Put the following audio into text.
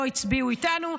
ולכן לא הצביעו איתנו.